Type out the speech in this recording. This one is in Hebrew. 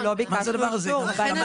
מה זה הדבר הזה?